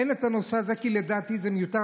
אין את הנושא הזה, כי לדעתי זה מיותר.